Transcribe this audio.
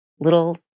little